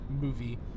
movie